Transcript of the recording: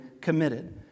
committed